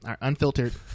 unfiltered